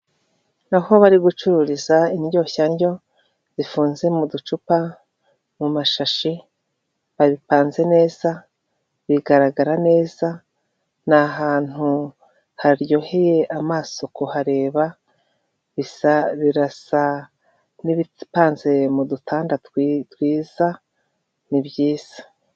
Aho bari gucururiza indyoshya ndyo zifunze mu ducupa, mu mashashi, babipanze neza bigaragara neza. Ni ahantu haryoheye amaso kuhareba, birasa n'ibipanze mu dutanda twiza ni byiza.